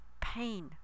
Pain